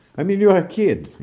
i mean, you are a kid.